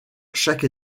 chaque